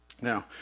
Now